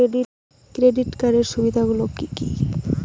Credit কার্ডের সুবিধা গুলো কি?